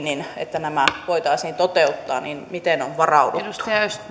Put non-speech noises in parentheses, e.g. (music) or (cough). (unintelligible) niin että ne voitaisiin toteuttaa miten on varauduttu